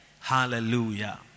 Hallelujah